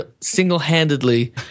single-handedly